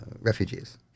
refugees